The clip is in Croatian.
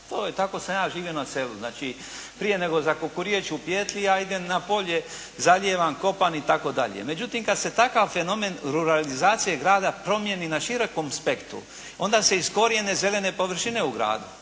Tako sam ja živio na selu. Znači, prije nego zakukuriču pijetli ja idem na polje, zalijevam, kopam itd. Međutim, kad se takav fenomen ruralizacije grada promijeni na širokom spektru onda se iskorijene zelene površine u gradu,